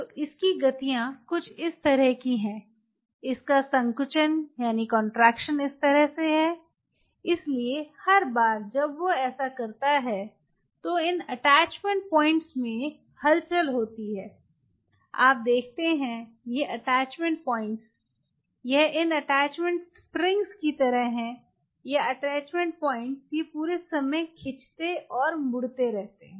तो इसकी गतियां कुछ इस तरह की हैं इसका संकुचन इस तरह का है इसलिए हर बार जब वह ऐसा कर रहा है तो इन अटैचमेंट पॉइंट्स में हलचल होती हैं आप देखते हैं ये अटैचमेंट पॉइंट्स यह इन अटैचमेंट स्प्रिंग्स की तरह है या अटैचमेंट पॉइंट्स ये पूरे समय खिंचते और मुड़ते रहते हैं